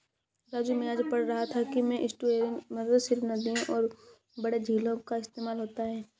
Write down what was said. राजू मैं आज पढ़ रहा था कि में एस्टुअरीन मत्स्य सिर्फ नदियों और बड़े झीलों का इस्तेमाल होता है